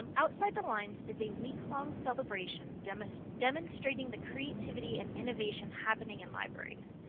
um outside the lines is a weeklong celebration demonstrating demonstrating the creativity and innovation happening in libraries.